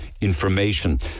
information